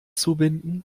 zubinden